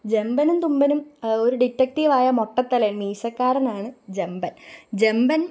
ജമ്പനും തുമ്പനും ഒരു ഡിറ്റക്റ്റീവായ മൊട്ടത്തലയന് മീശക്കാരനാണ് ജമ്പന് ജമ്പന്